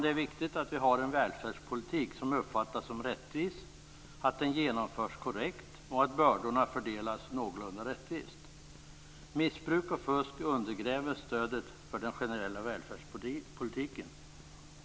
Det är viktigt att vi har en välfärdspolitik som uppfattas som rättvis, att den genomförs korrekt och att bördorna fördelas någorlunda rättvist. Missbruk och fusk undergräver stödet för den generella välfärdspolitiken.